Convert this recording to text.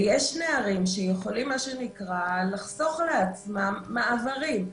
ויש נערים שיכולים לחסוך לעצמם מעברים.